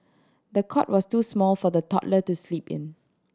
the cot was too small for the toddler to sleep in